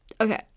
okay